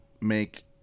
make